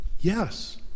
Yes